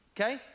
Okay